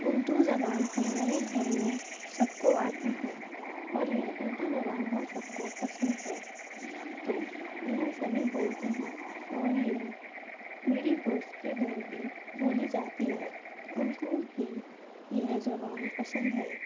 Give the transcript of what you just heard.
اردو زبان ہمارے گھر میں سب کو آتی ہے اور یہ اردو زبان ہم سب کو پسند ہے تو یہ سبھی بولتے ہیں اور یہ میری دوست کے گھر بھی بولی جاتی ہے ان کو بھی یہ زبان پسند ہے